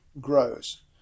grows